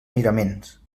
miraments